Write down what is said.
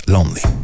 Lonely